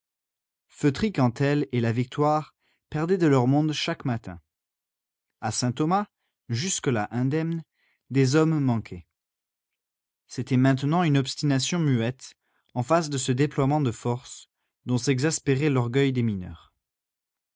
feutry cantel et la victoire perdaient de leur monde chaque matin à saint-thomas jusque-là indemne des hommes manquaient c'était maintenant une obstination muette en face de ce déploiement de force dont s'exaspérait l'orgueil des mineurs